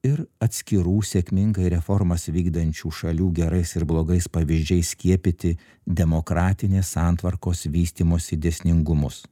ir atskirų sėkmingai reformas vykdančių šalių gerais ir blogais pavyzdžiais skiepyti demokratinės santvarkos vystymosi dėsningumus